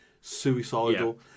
suicidal